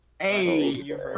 Hey